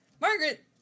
Margaret